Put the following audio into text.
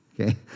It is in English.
Okay